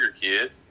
Kid